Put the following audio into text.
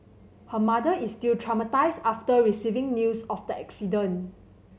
her mother is still traumatised after receiving news of the accident